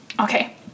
Okay